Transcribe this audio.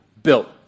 built